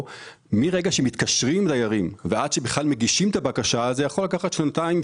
מרגע שמתקשרים --- ועד שמגישים את הבקשה זה יכול לקחת שנה או שנתיים,